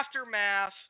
aftermath